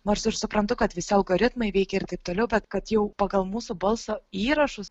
nors aš suprantu kad visi algoritmai veikia ir taip toliau bet kad jau pagal mūsų balso įrašus